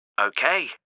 Okay